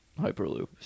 Hyperloop